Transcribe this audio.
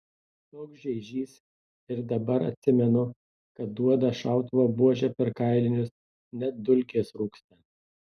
toks žeižys ir dabar atsimenu kad duoda šautuvo buože per kailinius net dulkės rūksta